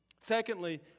Secondly